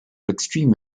extreme